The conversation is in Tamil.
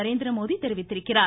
நரேந்திரமோடி தெரிவித்திருக்கிறார்